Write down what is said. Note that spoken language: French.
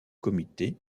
comité